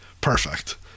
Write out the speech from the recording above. perfect